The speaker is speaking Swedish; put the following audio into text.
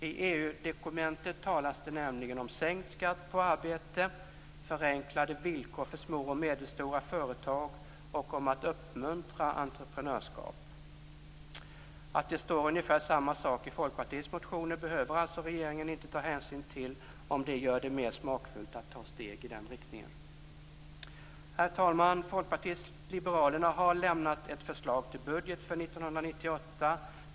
I EU-dokumentet talas det nämligen om sänkt skatt på arbete, förenklade villkor för små och medelstora företag och om att uppmuntra entreprenörskap. Att det står ungefär samma sak i Folkpartiets motioner behöver alltså regeringen inte ta hänsyn till, om det gör det mer smakfullt att ta steg i den riktningen. Herr talman! Folkpartiet liberalerna har lämnat ett förslag till budget för 1998.